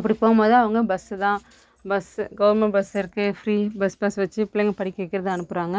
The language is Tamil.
அப்படி போகும்போது அவங்க பஸ்ஸு தான் பஸ்ஸு கவர்மெண்ட் பஸ் இருக்குது ஃப்ரீ பஸ் பாஸ் வச்சு பிள்ளைங்க படிக்க வைக்கிறக்கு அனுப்புகிறாங்க